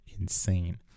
insane